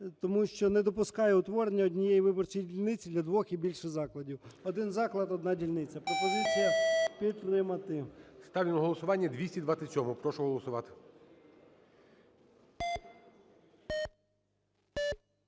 тому що не допускає утворення однієї виборчої дільниці для двох і більше закладів. Один заклад – одна дільниця. Пропозиція підтримати. ГОЛОВУЮЧИЙ. Ставлю на голосування 227-у. Прошу голосувати.